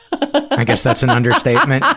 i guess that's an understatement.